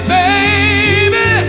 baby